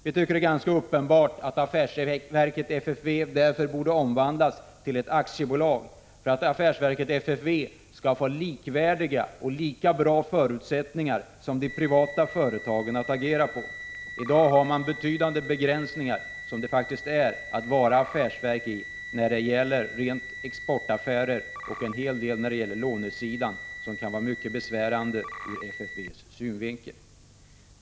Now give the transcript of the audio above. Vi tycker det är ganska uppenbart att affärsverket FFV därför borde omvandlas till ett aktiebolag för att FFV skall få likvärdiga och lika bra förutsättningar som de privata företagen. I dag finns det betydande begränsningar för affärsverken när det gäller rena exportaffä Prot. 1985/86:155 rer och när det gäller lånesidan som faktiskt kan vara mycket besvärande ur 29 maj 1986 FFV:s synvinkel.